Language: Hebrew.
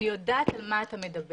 אני יודעת על מה אתה מדבר,